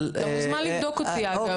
אתה מוזמן לבדוק אותי, אגב.